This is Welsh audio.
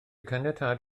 caniatâd